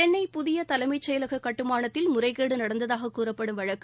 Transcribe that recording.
சென்னை புதிய தலைமைச் செயலக கட்டுமானத்தில் முறைகேடு நடந்ததாக கூறப்படும் வழக்கு